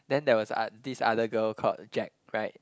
then there was this other girl called Jac right